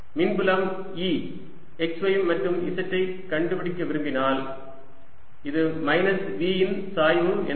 மின்புலம் E x y மற்றும் z ஐக் கண்டுபிடிக்க விரும்பினால் இது மைனஸ் V இன் சாய்வு என வரும்